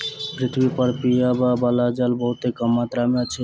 पृथ्वी पर पीबअ बला जल बहुत कम मात्रा में अछि